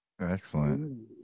excellent